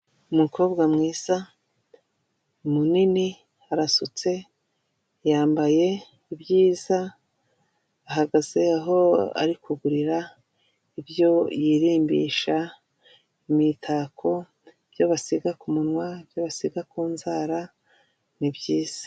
Umukobwa mwiza munini arasutse, yambaye ibyiza, ahagaze aho ari kugurira ibyo yirimbisha, imitako ibyo basiga ku munwa bya basiga ku nzara ni byiza.